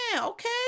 Okay